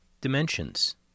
dimensions